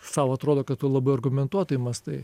sau atrodo kad tu labai argumentuotai mąstai